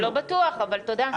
לא בטוח, אבל תודה.